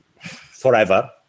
forever